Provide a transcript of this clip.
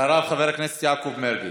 אחריו, חבר הכנסת יעקב מרגי.